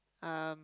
um